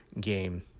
game